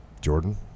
Jordan